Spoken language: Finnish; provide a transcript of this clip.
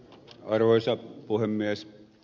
arvoisa puhemies